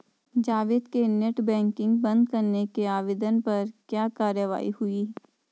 जावेद के net banking बंद करने के आवेदन पर क्या कार्यवाही हुई?